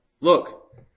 look